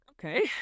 okay